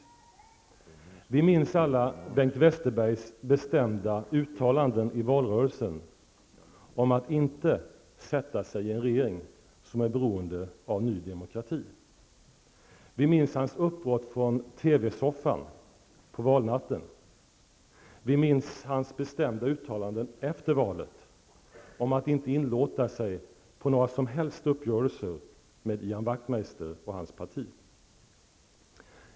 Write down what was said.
Vi minns alla Bengt Westerbergs bestämda uttalanden i valrörelsen om att inte sätta sig i en regering som är beroende av ny demokrati. Vi minns hans uppbrott från TV-soffan på valnatten. Vi minns hans bestämda uttalanden efter valet om att inte inlåta sig på några som helst uppgörelser med Ian Wachtmeister och hans parti.